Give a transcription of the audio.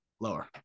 Lower